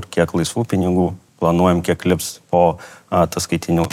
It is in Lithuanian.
ir kiek laisvų pinigų planuojam kiek liks po ataskaitinių